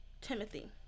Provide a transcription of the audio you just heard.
Timothy